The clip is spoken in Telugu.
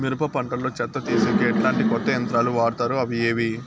మిరప పంట లో చెత్త తీసేకి ఎట్లాంటి కొత్త యంత్రాలు వాడుతారు అవి ఏవి?